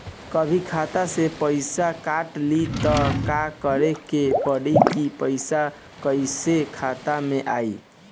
कभी खाता से पैसा काट लि त का करे के पड़ी कि पैसा कईसे खाता मे आई?